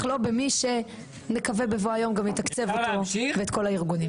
לא במי שנקווה בבוא היום גם יתקצב אותו ואת כל הארגונים.